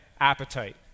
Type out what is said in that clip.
appetite